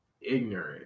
ignorant